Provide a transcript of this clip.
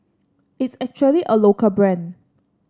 it's actually a local brand